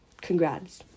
Congrats